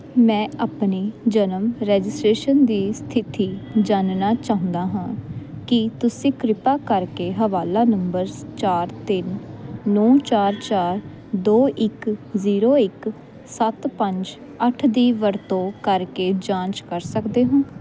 ਮੈਂ ਆਪਣੀ ਜਨਮ ਰਜਿਸਟ੍ਰੇਸ਼ਨ ਦੀ ਸਥਿਤੀ ਜਾਣਨਾ ਚਾਹੁੰਦਾ ਹਾਂ ਕੀ ਤੁਸੀਂ ਕਿਰਪਾ ਕਰਕੇ ਹਵਾਲਾ ਨੰਬਰ ਚਾਰ ਤਿੰਨ ਨੌ ਚਾਰ ਚਾਰ ਦੋ ਇੱਕ ਜੀਰੋ ਇੱਕ ਸੱਤ ਪੰਜ ਅੱਠ ਦੀ ਵਰਤੋਂ ਕਰਕੇ ਜਾਂਚ ਕਰ ਸਕਦੇ ਹੋ